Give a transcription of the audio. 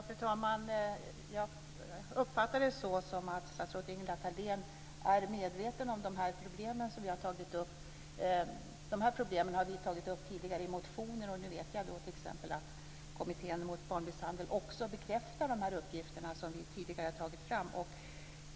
Fru talman! Jag uppfattade det som så att statsrådet Thalén är medveten om de problem som vi har tagit upp. Dessa problem har vi tagit upp tidigare i motioner. Nu vet vi t.ex. att kommittén mot barnmisshandel också bekräftar de uppgifter som vi tidigare tagit fram.